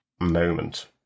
moment